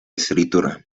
escritura